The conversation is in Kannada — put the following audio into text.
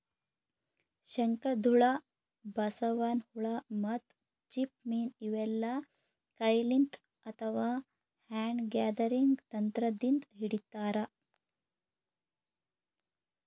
ಶಂಕದ್ಹುಳ, ಬಸವನ್ ಹುಳ ಮತ್ತ್ ಚಿಪ್ಪ ಮೀನ್ ಇವೆಲ್ಲಾ ಕೈಲಿಂತ್ ಅಥವಾ ಹ್ಯಾಂಡ್ ಗ್ಯಾದರಿಂಗ್ ತಂತ್ರದಿಂದ್ ಹಿಡಿತಾರ್